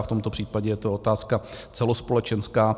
V tomto případě je to otázka celospolečenská.